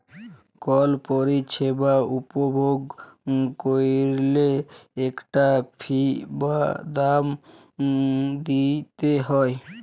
call পরিছেবা উপভগ ক্যইরলে ইকটা ফি বা দাম দিইতে হ্যয়